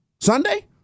Sunday